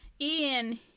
Ian